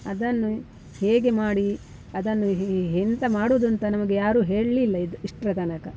ಅದನ್ನು ಹೇಗೆ ಮಾಡಿ ಅದನ್ನು ಎಂಥ ಮಾಡುವುದಂತ ನಮಗೆ ಯಾರು ಹೇಳಲಿಲ್ಲ ಇದು ಇಷ್ಟರ ತನಕ